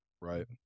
Right